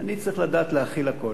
אני צריך לדעת להכיל הכול,